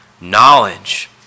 Knowledge